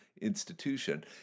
institution